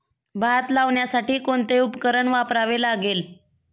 भात लावण्यासाठी कोणते उपकरण वापरावे लागेल?